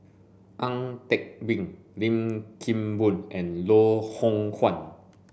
Ang Teck Bee Lim Kim Boon and Loh Hoong Kwan